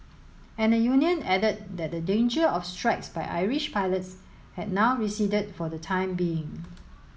and the union added that the danger of strikes by Irish pilots had now receded for the time being